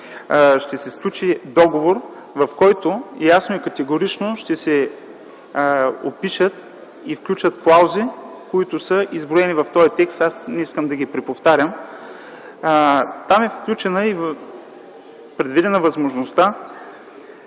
ще се сключи договор, в който ясно и категорично ще се опишат и включат клаузи, които са изброени в този текст. Аз не искам да ги повтарям. Там е включена и предвидена възможността